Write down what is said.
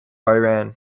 iran